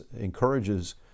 encourages